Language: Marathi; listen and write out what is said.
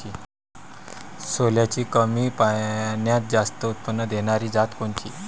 सोल्याची कमी पान्यात जास्त उत्पन्न देनारी जात कोनची?